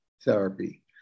therapy